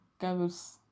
goes